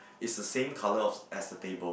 is the same colour of as the table